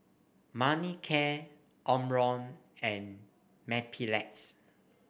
Manicare Omron and Mepilex